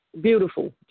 beautiful